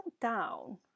down